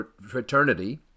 fraternity